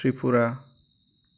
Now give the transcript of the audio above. Tripura